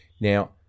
Now